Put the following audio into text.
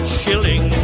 chilling